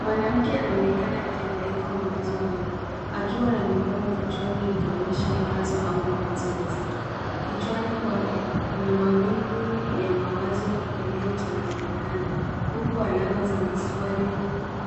Mwanamke anaonekana akihangaika mawazo mengi akiwa na mikono kichwani akionyesha mkazo au mawazo mazito. Kichwani kwake kuna mawingu ya mawazo yaliyochanganyikana huku alama za maswali